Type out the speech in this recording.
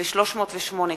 כ/308,